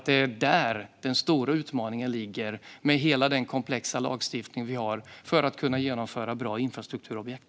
Det är där den stora utmaningen ligger, med hela den komplexa lagstiftning vi har för att kunna genomföra bra infrastrukturobjekt.